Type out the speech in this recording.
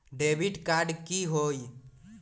Debit card की होई?